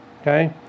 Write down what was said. Okay